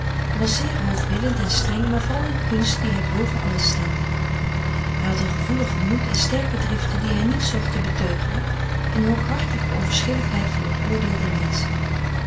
hij was zeer hoog willend en streng maar vooral in kunst die hij boven alles stelde hij had een gevoelig gemoed en sterke driften die hij niet zocht te beteugelen in hooghartige onverschilligheid voor het oordeel der menschen